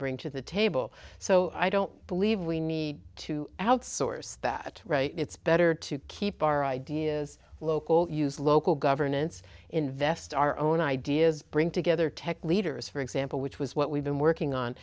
bring to the table so i don't believe we need to outsource that right it's better to keep our ideas local use local governance invest our own ideas bring together tech leaders for example which was what we've been working on